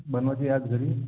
बनवायची आज घरी